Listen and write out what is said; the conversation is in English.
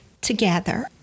together